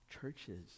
churches